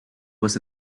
was